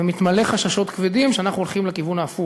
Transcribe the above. ומתמלא חששות כבדים שאנחנו הולכים לכיוון ההפוך,